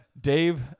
Dave